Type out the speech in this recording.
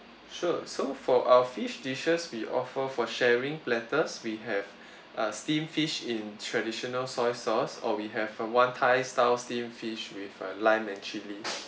sure so for our fish dishes we offer for sharing platters we have a steamed fish in traditional soy sauce or we have a one thai style steamed fish with uh lime and chili